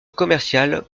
commercial